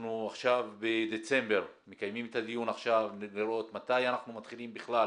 אנחנו עכשיו בדצמבר מקיימים את הדיון לראות מתי אנחנו מתחילים בכלל